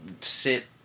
sit